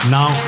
Now